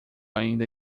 ainda